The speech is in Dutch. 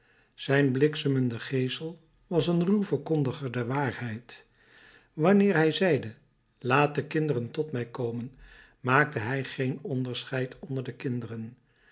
zijn bliksemende geesel was een ruw verkondiger der waarheid wanneer hij zeide laat de kinderen tot mij komen maakte hij geen onderscheid onder de kinderen